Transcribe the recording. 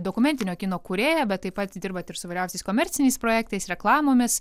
dokumentinio kino kūrėja bet taip pat dirbat ir su įvairiausiais komerciniais projektais reklamomis